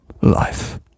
life